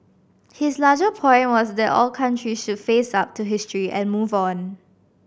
his larger point was that all countries should face up to history and move on